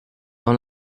dans